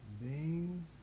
beans